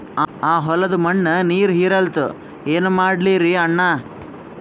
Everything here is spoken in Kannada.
ಆ ಹೊಲದ ಮಣ್ಣ ನೀರ್ ಹೀರಲ್ತು, ಏನ ಮಾಡಲಿರಿ ಅಣ್ಣಾ?